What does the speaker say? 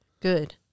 Good